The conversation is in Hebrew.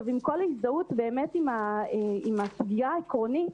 עם כל ההזדהות עם הסוגיה העקרונית,